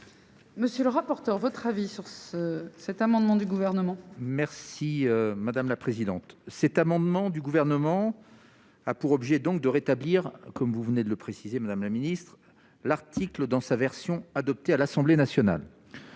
Monsieur le rapporteur, votre avis sur ce cet amendement du gouvernement. Merci madame la présidente, cet amendement du gouvernement, a pour objet donc de rétablir, comme vous venez de le préciser, Madame la ministre, l'article dans sa version adoptée à l'Assemblée nationale,